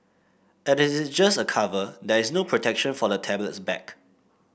as it is just a cover there is no protection for the tablet's back